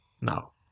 now